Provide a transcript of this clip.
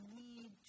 need